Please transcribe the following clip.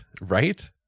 Right